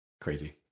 crazy